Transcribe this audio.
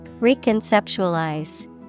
Reconceptualize